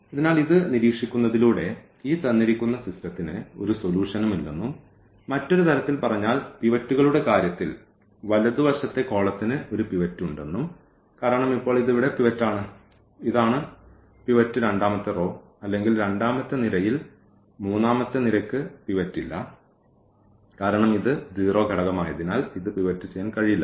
അതിനാൽ ഇത് നിരീക്ഷിക്കുന്നതിലൂടെ ഈ തന്നിരിക്കുന്ന സിസ്റ്റത്തിന് ഒരു സൊലൂഷനുമില്ലെന്നും മറ്റൊരു തരത്തിൽ പറഞ്ഞാൽ പിവറ്റുകളുടെ കാര്യത്തിൽ വലതുവശത്തെ കോളത്തിന് ഒരു പിവറ്റ് ഉണ്ടെന്നും കാരണം ഇപ്പോൾ ഇത് ഇവിടെ പിവറ്റാണ് ഇതാണ് പിവറ്റ് രണ്ടാമത്തെ റോ അല്ലെങ്കിൽ രണ്ടാമത്തെ നിരയിൽ മൂന്നാമത്തെ നിരയ്ക്ക് പിവറ്റ് ഇല്ല കാരണം ഇത് 0 ഘടകമായതിനാൽ ഇത് പിവറ്റ് ചെയ്യാൻ കഴിയില്ല